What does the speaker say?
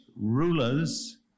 rulers